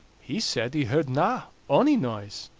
he said he heardna ony noise.